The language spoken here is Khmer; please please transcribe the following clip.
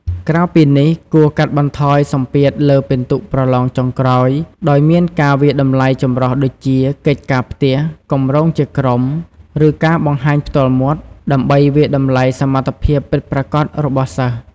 ក្រៅពីនេះ គួរកាត់បន្ថយសម្ពាធលើពិន្ទុប្រឡងចុងក្រោយ ដោយមានការវាយតម្លៃចម្រុះដូចជា កិច្ចការផ្ទះ គម្រោងជាក្រុម ឬការបង្ហាញផ្ទាល់មាត់ ដើម្បីវាយតម្លៃសមត្ថភាពពិតប្រាកដរបស់សិស្ស។